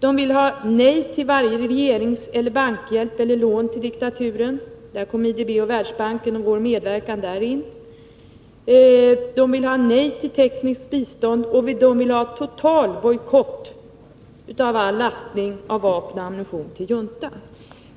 CUT vill ha nej till varje regeringshjälp, bankhjälp eller lån till diktaturen. Där kommer IDB, Världsbanken och vår medverkan in. Man vill ha ett nej till tekniskt bistånd och total bojkott av all lastning av vapen och ammunition till juntan.